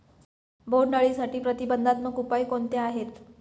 बोंडअळीसाठी प्रतिबंधात्मक उपाय कोणते आहेत?